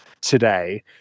today